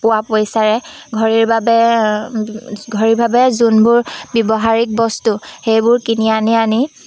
পোৱা পইচাৰে ঘড়ীৰ বাবে ঘড়ীৰ বাবে যোনবোৰ ব্যৱহাৰিক বস্তু সেইবোৰ কিনি আনি আনি